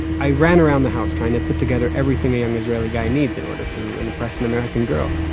i ran around the house trying to put together everything a young israeli guy needs in order to impress an american girl.